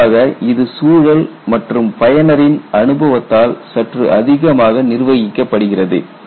பொதுவாக இது சூழல் மற்றும் பயனரின் அனுபவத்தால் சற்று அதிகமாக நிர்வகிக்கப்படுகிறது